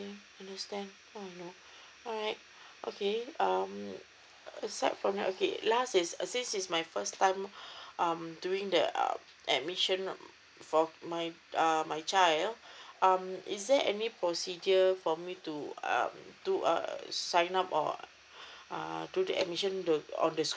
understand oh no alright okay um aside from that okay last is this is my first time um doing the uh admission um for my err my child um is there any procedure for me to um do uh sign up or uh do the admission on the